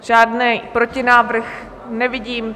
Žádný protinávrh nevidím.